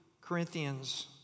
Corinthians